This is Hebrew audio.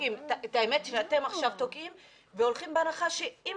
האמת היא שאתם עכשיו תוקעים והולכים בהנחה שאם